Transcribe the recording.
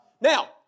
Now